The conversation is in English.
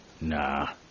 Nah